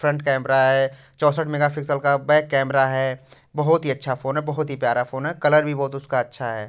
front camera है चौसठ megapixel का बैक कैमरा है बहुत ही अच्छा फ़ोन है बहुत ही प्यारा फ़ोन है कलर भी बहुत उसका अच्छा है